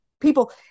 people